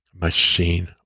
machine